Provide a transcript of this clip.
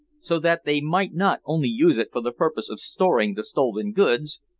so that they might not only use it for the purpose of storing the stolen goods,